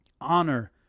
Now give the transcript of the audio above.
honor